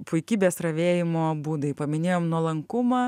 puikybės ravėjimo būdai paminėjom nuolankumą